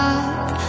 up